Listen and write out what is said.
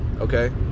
Okay